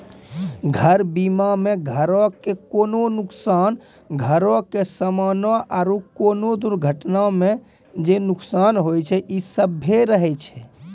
घर बीमा मे घरो के कोनो नुकसान, घरो के समानो आरु कोनो दुर्घटना मे जे नुकसान होय छै इ सभ्भे रहै छै